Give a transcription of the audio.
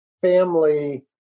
family